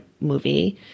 movie